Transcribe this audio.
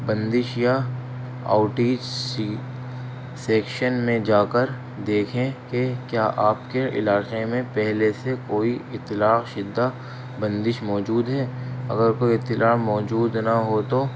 بندش یا outage section میں جا کر دیکھیں کہ کیا آپ کے علاقے میں پہلے سے کوئی اطلاع شدہ بندش موجود ہے اگر کوئی اطلاع موجود نہ ہو تو